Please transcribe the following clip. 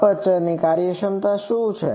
aperture ની કાર્યક્ષમતા શું છે